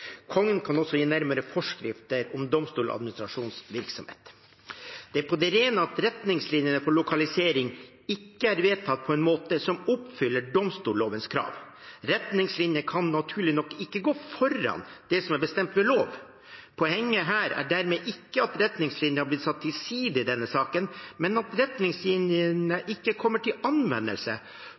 Kongen kan også gi nærmere forskrifter om Domstoladministrasjonens virksomhet. Det er på det rene at retningslinjene for lokalisering ikke er vedtatt på en måte som oppfyller domstollovens krav. Retningslinjer kan naturlig nok ikke gå foran det som er bestemt ved lov. Poenget her er dermed ikke at retningslinjene er blitt satt til side i denne saken, men at retningslinjene ikke kommer til anvendelse